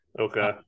okay